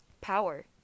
power